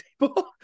table